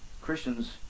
Christians